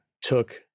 took